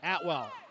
Atwell